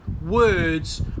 words